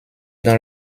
dans